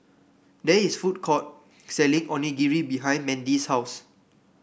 there is food court selling Onigiri behind Mandy's house